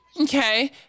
Okay